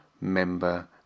member